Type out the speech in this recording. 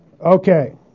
Okay